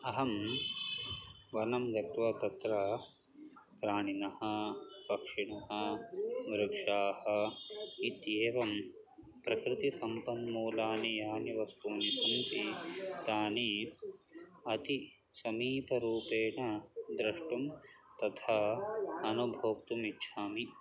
अहं वनं गत्वा तत्र प्राणिनः पक्षिणः वृक्षाः इत्येवं प्रकृतिसम्पन्मूलानि यानि वस्तूनि सन्ति तानि अतिसमीपरूपेण द्रष्टुं तथा अनुभोक्तुम् इच्छामि